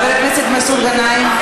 חבר הכנסת מסעוד גנאים,